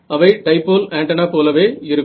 அவை dipole antenna போலவே இருக்கும்